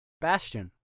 Bastion